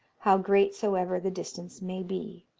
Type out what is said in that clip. how great soever the distance may be.